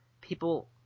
people –